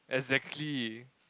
exactly